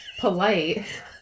polite